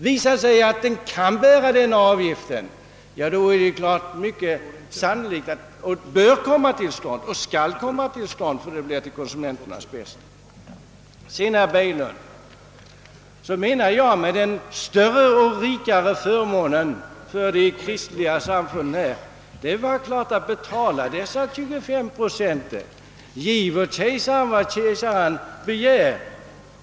Visar det sig att så är fallet, då är det sannolikt att den bör komma till stånd, ty det blir till konsumenternas bästa. Sedan, herr Berglund, menar jag att med den större och rikare förmånen för de kristliga samfunden här är det bara att betala dessa 25 procent. Giv åt kejsaren vad kejsaren begär!